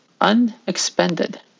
unexpended